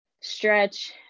stretch